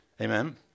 Amen